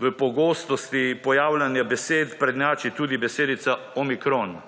v pogostosti pojavljanja besed prednjači tudi besedica »omikron«.